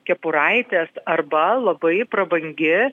kepuraitės arba labai prabangi